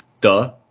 duh